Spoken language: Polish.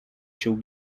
się